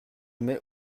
mets